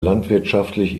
landwirtschaftlich